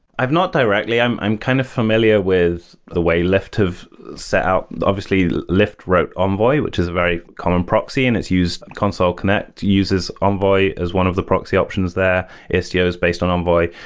i've not directly. i'm i'm kind of familiar with the way lyft have set out obviously, lyft wrote envoy, which is a very common proxy and it's used at consul connect. it uses envoy as one of the proxy options there. istio is based on envoy.